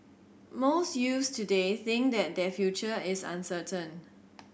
most youths today think that their future is uncertain